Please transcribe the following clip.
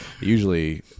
Usually